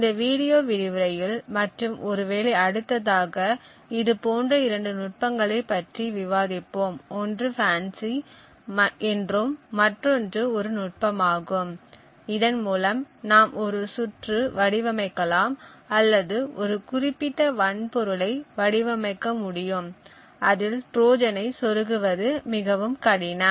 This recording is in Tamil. இந்த வீடியோ விரிவுரையில் மற்றும் ஒருவேளை அடுத்ததாக இதுபோன்ற இரண்டு நுட்பங்களைப் பற்றி விவாதிப்போம் ஒன்று ஃபேன்சி என்றும் மற்றொன்று ஒரு நுட்பமாகும் இதன் மூலம் நாம் ஒரு சுற்று வடிவமைக்கலாம் அல்லது ஒரு குறிப்பிட்ட வன்பொருளை வடிவமைக்க முடியும் அதில் ட்ரோஜனைச் சொருகுவது மிகவும் கடினம்